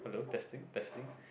hello testing testing